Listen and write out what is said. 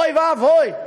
אוי ואבוי,